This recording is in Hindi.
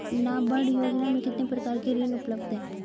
नाबार्ड योजना में कितने प्रकार के ऋण उपलब्ध हैं?